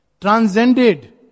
Transcended